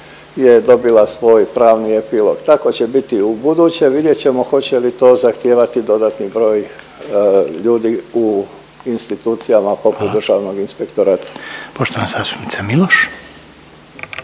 je dobila svoj pravni epilog, tako će biti i ubuduće. Vidjet ćemo hoće li to zahtijevati dodatni broj ljudi u institucijama …/Upadica Reiner: Hvala./… poput državnog